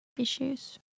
issues